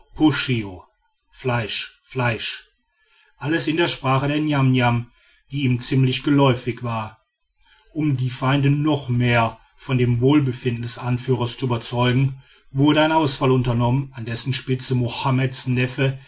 alles in der sprache der niamniam die ihm ziemlich geläufig war um die feinde noch mehr von dem wohlbefinden des anführers zu überzeugen wurde ein ausfall unternommen an dessen spitze mohammeds neffe